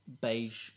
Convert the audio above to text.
beige